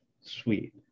Sweet